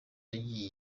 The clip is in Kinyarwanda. yagize